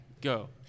Go